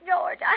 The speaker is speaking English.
George